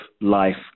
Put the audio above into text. life